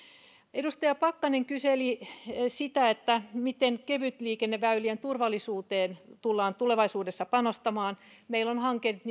edustaja pakkanen kyseli sitä miten kevytliikenneväylien turvallisuuteen tullaan tulevaisuudessa panostamaan meillä on hanke nimeltä